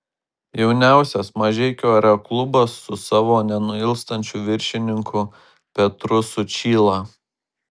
jauniausias mažeikių aeroklubas su savo nenuilstančiu viršininku petru sučyla